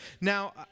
Now